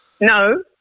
No